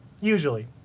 usually